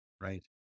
right